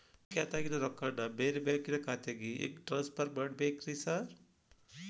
ನನ್ನ ಖಾತ್ಯಾಗಿನ ರೊಕ್ಕಾನ ಬ್ಯಾರೆ ಬ್ಯಾಂಕಿನ ಖಾತೆಗೆ ಹೆಂಗ್ ಟ್ರಾನ್ಸ್ ಪರ್ ಮಾಡ್ಬೇಕ್ರಿ ಸಾರ್?